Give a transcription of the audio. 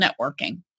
networking